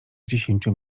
dziesięciu